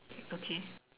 okay